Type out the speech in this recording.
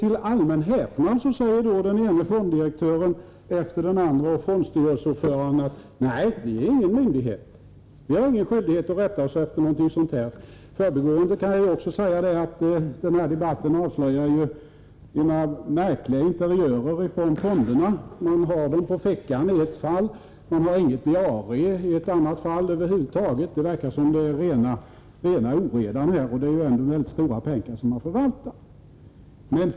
Till allmän häpnad säger den ene fonddirektören efter den andre, och även fondstyrelseordförandena: Nej, vi är ingen myndighet, vi har ingen skyldighet att rätta oss efter vad som gäller för en sådan. I förbigående kan jag säga att den här debatten avslöjar märkliga interiörer när det gäller fonderna. I det ena fallet har man dem på fickan, så att säga. I det andra fallet har man ingen diarieföring. Över huvud taget verkar det vara rena oredan i detta sammanhang — det är ju ändå mycket stora summor som förvaltas på detta sätt.